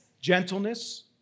Gentleness